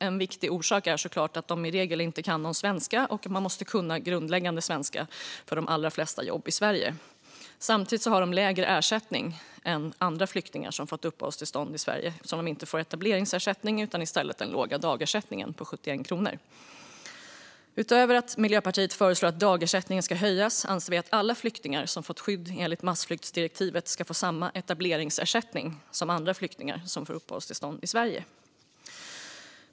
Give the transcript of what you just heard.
En viktig orsak är såklart att de i regel inte kan någon svenska och att man måste kunna grundläggande svenska på de allra flesta jobb i Sverige. Samtidigt har de lägre ersättning än andra flyktingar som fått uppehållstillstånd i Sverige, eftersom de inte får etableringsersättning utan i stället den låga dagersättningen på 71 kronor. Utöver att Miljöpartiet föreslår att dagersättningen ska höjas anser vi att alla flyktingar som fått skydd i enlighet med massflyktsdirektivet ska få samma etableringsersättning som andra flyktingar som fått uppehållstillstånd i Sverige.